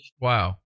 Wow